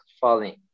falling